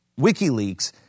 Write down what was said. WikiLeaks